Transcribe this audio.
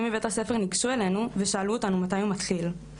מבית הספר ניגשו אלינו ושאלו אותנו מתי הוא מתחיל.